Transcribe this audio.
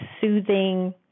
soothing